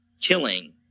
killing